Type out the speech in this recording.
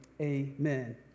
Amen